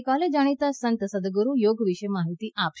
આવતીકાલે જાણીતાં સંત સદગુરૂ યોગ વિષે માહીતી આપશે